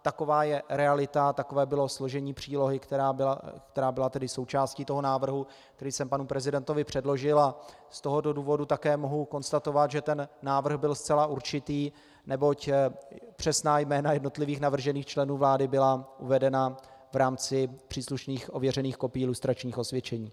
Taková je realita, takové bylo složení přílohy, která byla součástí návrhu, který jsem panu prezidentovi předložil, a z tohoto důvodu také mohu konstatovat, že ten návrh byl zcela určitý, neboť přesná jména jednotlivých navržených členů vlády byla uvedena v rámci příslušných ověřených kopií lustračních osvědčení.